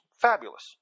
Fabulous